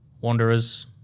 Wanderers